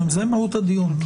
זה מהות הדיון.